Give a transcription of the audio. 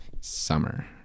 Summer